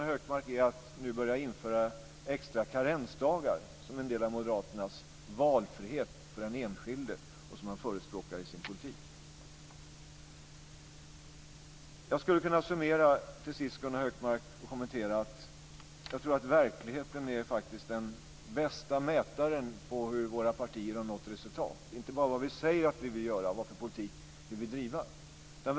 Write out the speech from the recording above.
Vad är det för nytt i att nu införa extra karensdagar, som en del av moderaternas valfrihet för den enskilde, Gunnar Hökmark? Det är ju något man förespråkar i sin politik. Jag tror att verkligheten - inte bara vad vi säger att vi vill göra, vilken politik vi vill driva - är den bästa mätaren på vilka resultat våra partier har nått.